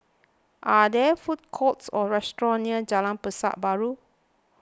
are there food courts or restaurants near Jalan Pasar Baru